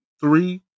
three